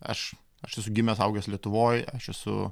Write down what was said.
aš aš gimęs augęs lietuvoj aš esu